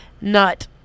Nut